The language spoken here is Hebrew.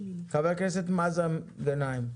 חבר הכנסת מאזן גנאים.